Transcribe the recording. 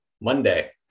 Monday